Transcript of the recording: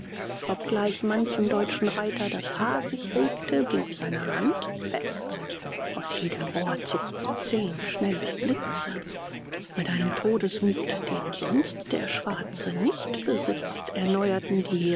obgleich manchem deutschen reiter das haar sich regte blieb seine hand fest aus jedem rohr zuckten zehn schnelle blitze mit einem todesmut den sonst der schwarze nicht besitzt erneuerten die